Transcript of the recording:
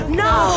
no